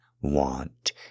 want